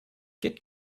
get